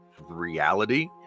reality